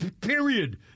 Period